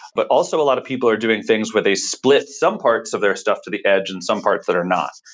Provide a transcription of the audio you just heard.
but also a lot people are doing things where they split some parts of their stuff to the edge and some parts that are not.